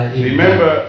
Remember